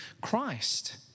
Christ